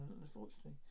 unfortunately